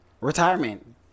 Retirement